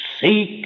Seek